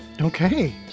Okay